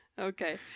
Okay